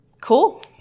Cool